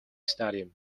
stadium